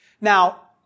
Now